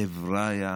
חבריא,